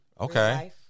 Okay